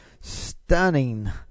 stunning